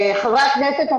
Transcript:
חברי הכנסת,